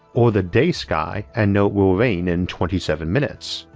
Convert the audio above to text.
or the day sky and know it will rain in twenty seven minutes.